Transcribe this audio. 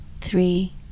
three